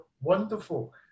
wonderful